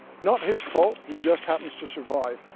not his fault, he just happens to survive.